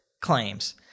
claims